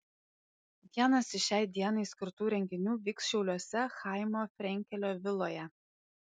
vienas iš šiai dienai skirtų renginių vyks šiauliuose chaimo frenkelio viloje